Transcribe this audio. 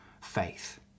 faith